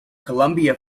colombia